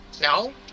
No